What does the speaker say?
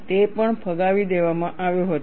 તે પણ ફગાવી દેવામાં આવ્યો હતો